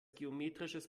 geometrisches